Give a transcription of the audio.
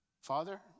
Father